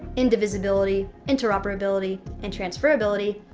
indivisibility, interoperability, and transferability,